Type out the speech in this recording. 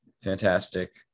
Fantastic